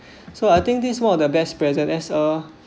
so I think this one of the best present as a